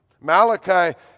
Malachi